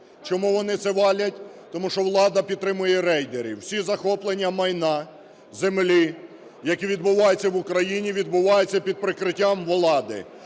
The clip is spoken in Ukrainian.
Чому вони це валять? Тому що влада підтримує рейдерів, всі захоплення майна, землі, які відбуваються в Україні, відбуваються під прикриттям влади.